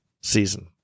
season